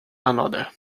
another